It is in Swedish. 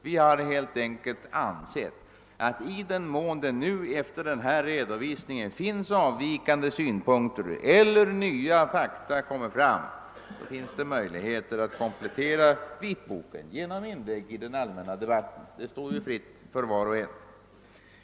Vi har helt enkelt ansett att i den mån avvikande synpunkter föreligger eller nya fakta framkommer, så finns det möjligheter att komplettera vitboken genom inlägg i den allmänna debatten — det står var och en fritt att göra det.